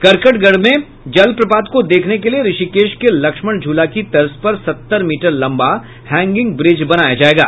करकटगढ़ में जलप्रपात को देखने के लिए ऋषिकेश के लक्ष्मण झूला की तर्ज पर सत्तर मीटर लम्बा हैंगिंग ब्रिज बनाया जायेगा